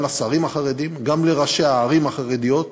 גם לשרים החרדים, גם לראשי הערים החרדיות,